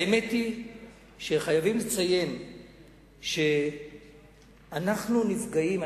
האמת היא שחייבים לציין שאנחנו נפגעים,